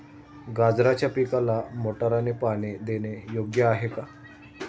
गाजराच्या पिकाला मोटारने पाणी देणे योग्य आहे का?